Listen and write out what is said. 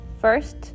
First